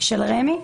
של רמ"י,